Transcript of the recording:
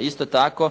Isto tako,